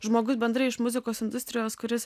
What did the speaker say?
žmogus bendrai iš muzikos industrijos kuris